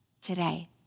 today